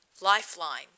Lifeline